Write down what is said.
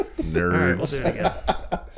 Nerds